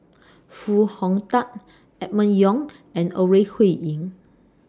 Foo Hong Tatt Emma Yong and Ore Huiying